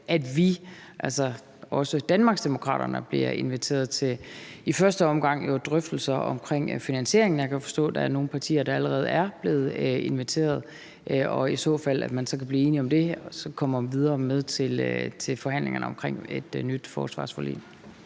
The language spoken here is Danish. at vi, altså også Danmarksdemokraterne, bliver inviteret til i første omgang jo drøftelser omkring finansieringen – jeg kan forstå, der er nogle partier, der allerede er blevet inviteret – og om vi, ifald man så kan blive enige om dét, så kommer videre med til forhandlingerne omkring et nyt forsvarsforlig.